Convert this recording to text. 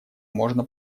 можно